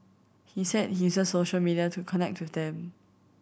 he said he uses social media to connect with them